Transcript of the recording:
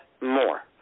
more